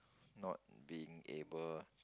not being able